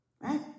right